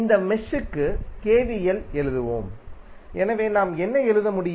இந்த மெஷ்க்கு KVL எழுதுவோம் எனவே நாம் என்ன எழுத முடியும்